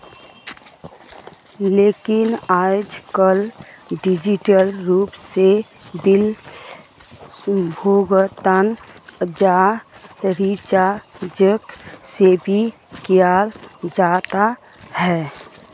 लेकिन आयेजकल डिजिटल रूप से बिल भुगतान या रीचार्जक बेसि कियाल जा छे